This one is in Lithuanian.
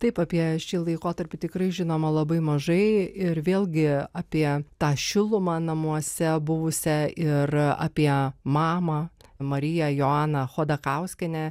taip apie šį laikotarpį tikrai žinoma labai mažai ir vėlgi apie tą šilumą namuose buvusią ir apie mamą mariją joaną chodakauskienę